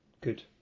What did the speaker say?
good